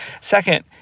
Second